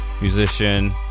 Musician